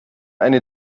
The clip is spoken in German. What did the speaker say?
eine